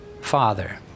father